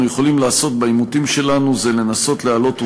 יכולים לעשות בעימותים שלנו זה לנסות להעלות עובדות.